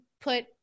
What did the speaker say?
put